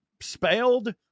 spelled